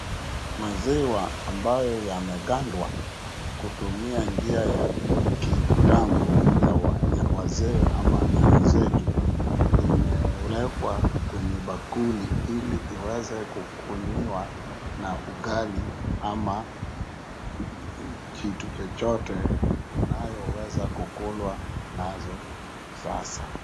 Maziwa ambayo yamegandwa kutumia njia ya kitambo ya wazee ama nyanya zetu inawekwa kwenye bakuli ili iweze kukunyiwa na ugali ama kitu chochote unayoweza kukulwa nazo sasa.